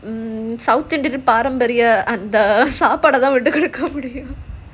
mm southern பாரம்பரிய அந்த சாப்பாடதான் விட்டு கொடுக்க முடியும்:paarambaria andha saapada thaan vitu koduka mudiyum